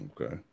Okay